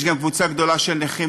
יש גם קבוצה גדולה של נכים,